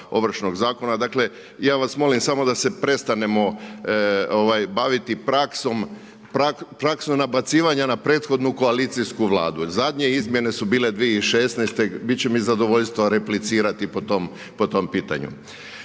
Ovršnog zakona. Dakle, ja vas molim samo da se prestanemo baviti praksom nabacivanja na prethodnu koalicijsku vladu jer zadnje izmjene su bile 2016., bit će mi zadovoljstvo replicirati po tom pitanju.